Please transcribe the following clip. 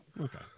Okay